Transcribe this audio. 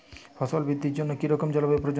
ফসল বৃদ্ধির জন্য কী রকম জলবায়ু প্রয়োজন?